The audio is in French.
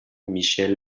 michel